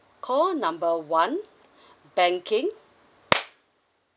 call number one banking